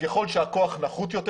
ככל שהכוח נחות יותר,